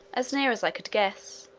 as near as i could guess.